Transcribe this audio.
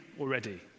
already